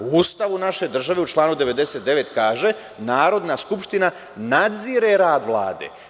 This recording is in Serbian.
U Ustavu naše države u članu 99. kaže – Narodna skupština nadzire rad Vlade.